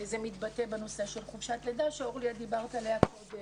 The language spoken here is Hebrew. זה מתבטא בנושא של חופשת לידה שאת דיברת עליה קודם.